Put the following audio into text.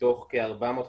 מתוך כ-450,